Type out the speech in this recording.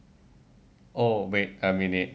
oh wait a minute